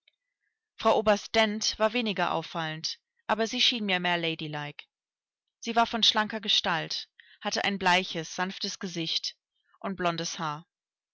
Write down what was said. frau oberst dent war weniger auffallend aber sie schien mir mehr lady like sie war von schlanker gestalt hatte ein bleiches sanftes gesicht und blondes haar